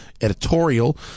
editorial